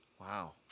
Wow